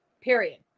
period